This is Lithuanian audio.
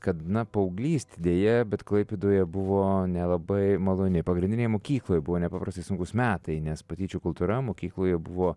kad na paauglystė deja bet klaipėdoje buvo nelabai maloni pagrindinėj mokykloj buvo nepaprastai sunkūs metai nes patyčių kultūra mokykloje buvo